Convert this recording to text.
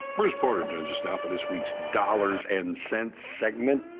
bruce porter joins us now for this weeks dollars and sense segment.